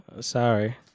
Sorry